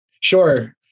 Sure